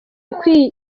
ari